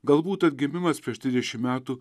galbūt atgimimas prieš trisdešim metų